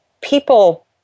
people